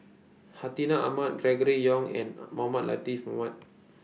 Hartinah Ahmad Gregory Yong and Mohamed Latiff Mohamed